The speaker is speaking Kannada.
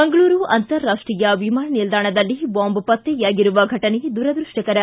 ಮಂಗಳೂರು ಅಂತಾರಾಷ್ಟೀಯ ವಿಮಾನ ನಿಲ್ದಾಣದಲ್ಲಿ ಬಾಂಬ್ ಪತ್ತೆಯಾಗಿರುವ ಫೆಟನೆ ದುರದೃಷ್ಟಕರ